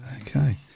Okay